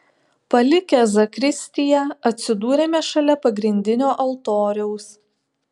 palikę zakristiją atsidūrėme šalia pagrindinio altoriaus